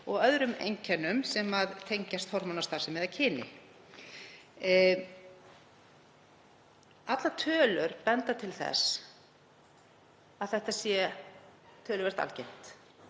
og öðrum einkennum sem tengjast hormónastarfsemi eða kyni. Allar tölur benda til að það sé töluvert algengt.